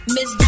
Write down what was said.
Miss